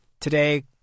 Today